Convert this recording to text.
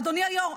אדוני היו"ר,